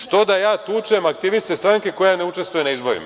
Što da ja tučem aktiviste stranke koja ne učestvuje na izborima.